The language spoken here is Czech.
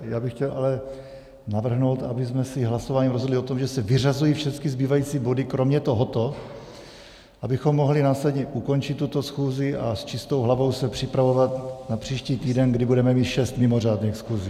Já bych chtěl ale navrhnout, abychom si hlasováním rozhodli o tom, že se vyřazují všechny zbývající body kromě tohoto, abychom mohli následně ukončit tuto schůzi a s čistou hlavou se připravovat na příští týden, kdy budeme mít šest mimořádných schůzí.